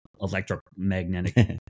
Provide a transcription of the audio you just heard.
electromagnetic